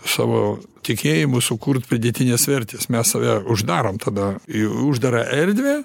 savo tikėjimu sukurt pridėtinės vertės mes save uždarom tada į uždarą erdvę